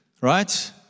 right